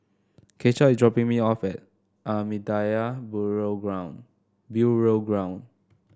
Keisha is dropping me off at Ahmadiyya Burial Ground Ground